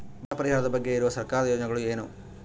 ಬರ ಪರಿಹಾರದ ಬಗ್ಗೆ ಇರುವ ಸರ್ಕಾರದ ಯೋಜನೆಗಳು ಏನು?